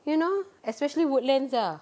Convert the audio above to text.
you know especially woodlands ah